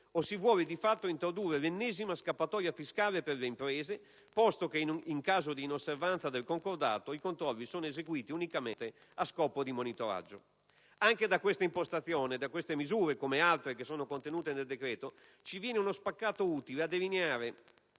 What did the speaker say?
o si vuole di fatto introdurre l'ennesima scappatoia fiscale per le imprese, posto che «in caso di osservanza del concordato, i controlli sono eseguiti unicamente a scopo di monitoraggio» (articolo 3, comma 2). Anche da questa impostazione e da queste misure, come da altre contenute nel decreto, emerge uno spaccato utile a delineare